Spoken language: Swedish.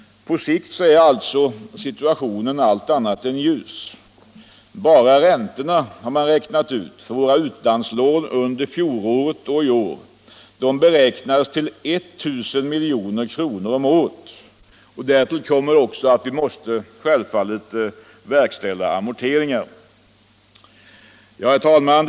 På sikt är alltså situationen allt annat än ljus — bara räntorna för våra utlandslån under fjolåret och i år beräknas till 1 000 milj.kr. om året. Och därtill kommer självfallet att vi måste verkställa amorteringar. Herr talman!